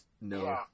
no